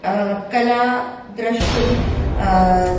कला द्रष्टुं